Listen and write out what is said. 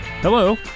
Hello